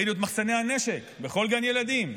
ראינו את מחסני הנשק בכל גן ילדים,